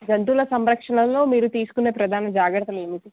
జంతువుల సంరక్షణలో మీరు తీసుకునే ప్రధాన జాగ్రత్తలు ఏమిటి